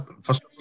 first